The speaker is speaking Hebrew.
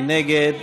מי נגד?